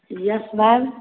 yes ma'am